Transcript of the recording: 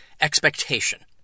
expectation